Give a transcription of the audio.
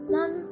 Mom